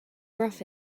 rough